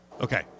Okay